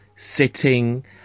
Sitting